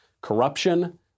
Corruption